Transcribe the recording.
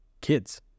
Kids